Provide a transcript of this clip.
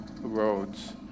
roads